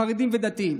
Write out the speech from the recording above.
חרדים ודתיים.